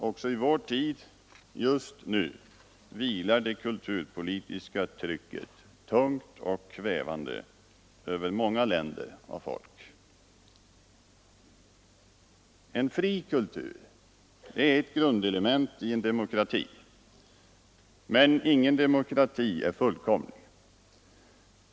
Också i vår tid, just nu, vilar det kulturpolitiska trycket tungt och kvävande över många länder och folk. En fri kultur är ett grundelement i en demokrati. Men ingen demokrati är fullkomlig.